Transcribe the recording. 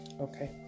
okay